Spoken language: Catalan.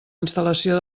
instal·lació